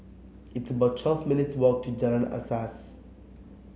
it's about twelve minutes' walk to Jalan Asas